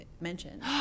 mentioned